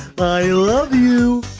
i love you!